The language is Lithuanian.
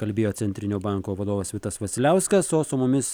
kalbėjo centrinio banko vadovas vitas vasiliauskas o su mumis